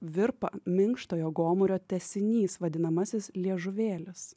virpa minkštojo gomurio tęsinys vadinamasis liežuvėlis